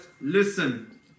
listen